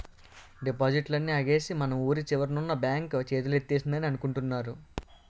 డిపాజిట్లన్నీ ఎగవేసి మన వూరి చివరన ఉన్న బాంక్ చేతులెత్తేసిందని అనుకుంటున్నారు